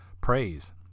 praise